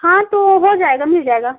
हाँ तो हो जाएगा मिल जाएगा